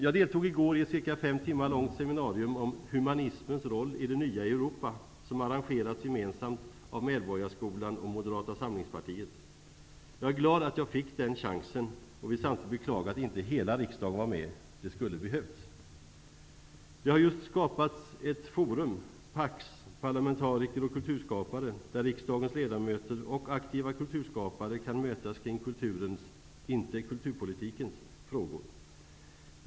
Jag deltog i går i ett ca fem timmar långt seminarium om ''Humanismens roll i det nya Jag är glad att jag fick den chansen och vill samtidigt beklaga att inte hela riksdagen var med. Det skulle behövts. Det har just skapats ett forum, PAKS -- Parlamentariker och kulturskapare -- där riksdagens ledamöter och aktiva kulturskapare kan mötas kring kulturens -- inte kulturpolitikens -- frågor.